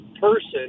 person